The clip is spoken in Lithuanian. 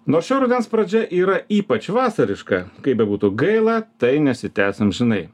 nors šio rudens pradžia yra ypač vasariška kaip bebūtų gaila tai nesitęs amžinai